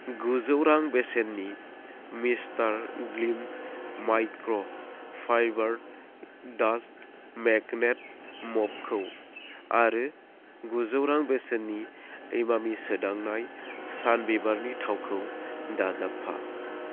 गुजौ रां बेसेननि Mister Gleam microfibre dust magnet मपखौ आरो गुजौ रां बेसेननि इमामि सोदांनाय सान बिबारनि थावखौ दाजाबफा